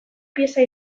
pieza